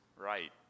right